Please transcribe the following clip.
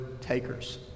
takers